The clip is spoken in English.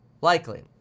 likely